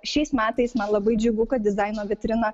šiais metais man labai džiugu kad dizaino vitrina